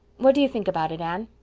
what do you think about it, anne?